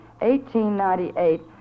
1898